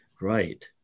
Right